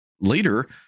later